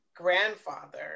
grandfather